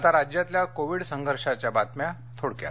आता राज्यातल्या कोविड संघर्षाच्या बातम्या थोडक्यात